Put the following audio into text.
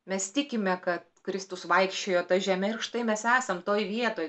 mes tikime kad kristus vaikščiojo ta žeme ir štai mes esam toj vietoj